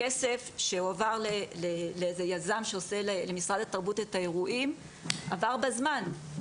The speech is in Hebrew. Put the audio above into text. הכסף שהועבר לאיזה יזם שעושה למשרד התרבות את האירועים עבר בזמן.